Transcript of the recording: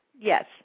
Yes